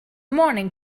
morning